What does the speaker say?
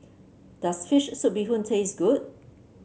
does fish soup Bee Hoon taste good